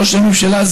ראש הממשלה,